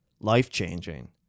life-changing